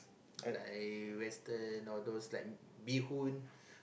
like western all those like bee-hoon